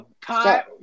Kyle